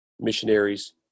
missionaries